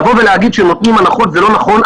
להגיד שהם נותנים הנחות זה לא נכון.